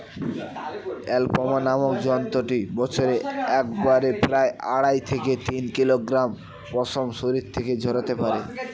alpaca নামক জন্তুটি বছরে একবারে প্রায় আড়াই থেকে তিন কিলোগ্রাম পশম শরীর থেকে ঝরাতে পারে